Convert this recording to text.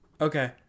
Okay